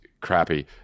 crappy